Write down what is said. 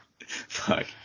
Fuck